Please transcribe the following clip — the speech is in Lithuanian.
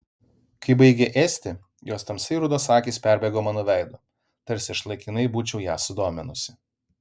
kai baigė ėsti jos tamsiai rudos akys perbėgo mano veidu tarsi aš laikinai būčiau ją sudominusi